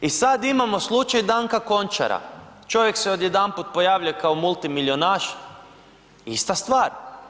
I sad imamo slučaj Danka Končara, čovjek se odjedanput pojavljuje kao multimilijunaš, ista stvar.